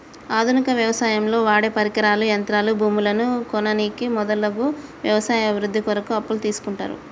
ఆధునిక వ్యవసాయంలో వాడేపరికరాలు, యంత్రాలు, భూములను కొననీకి మొదలగు వ్యవసాయ అభివృద్ధి కొరకు అప్పులు తీస్కుంటరు